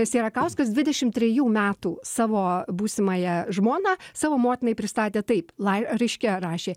sierakauskas dvidešim trejų metų savo būsimąją žmoną savo motinai pristatė taip laiške rašė